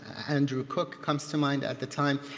andrew cook comes to mind at the time.